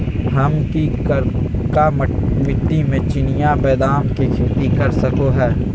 हम की करका मिट्टी में चिनिया बेदाम के खेती कर सको है?